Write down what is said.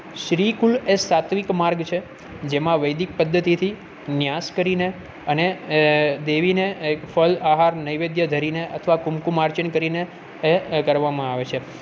શ્રી કુલ એ સાત્વિક માર્ગ છે જેમાં વૈદિક પદ્ધતિથી ન્યાસ કરીને અને દેવીને એક ફલ આહાર નેવેધ્ય ધરીને અથવા કુમ કુમ આર્ચન કરીને એ કરવામાં આવે છે